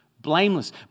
Blameless